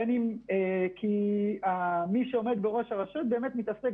בין אם כי מי שעומד בראש הרשות מתעסק